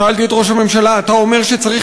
שאלתי את ראש הממשלה: אתה אומר שצריך